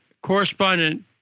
correspondent